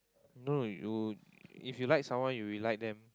no no you if you like someone you will like them